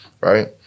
Right